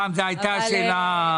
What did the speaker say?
ההטבה